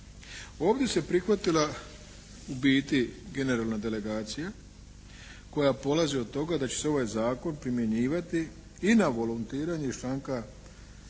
Ovdje se prihvatila u biti generalna delegacija koja polazi od toga da će se ovaj zakon primjenjivati i na volontiranje iz članka